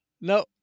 no